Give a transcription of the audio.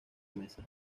mesa